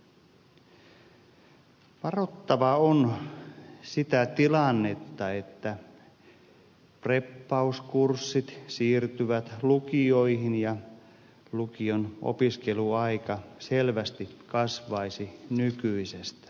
varottava on sitä tilannetta että preppauskurssit siirtyvät lukioihin ja lukion opiskeluaika selvästi kasvaisi nykyisestä